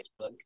facebook